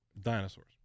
dinosaurs